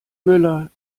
müller